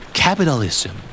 capitalism